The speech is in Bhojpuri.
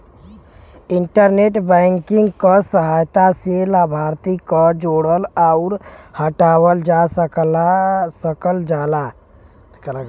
इंटरनेट बैंकिंग क सहायता से लाभार्थी क जोड़ल आउर हटावल जा सकल जाला